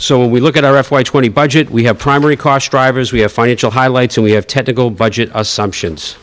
when we look at our f y twenty budget we have primary cost drivers we have financial highlights and we have tend to go budget assumptions